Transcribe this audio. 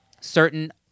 certain